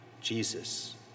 Jesus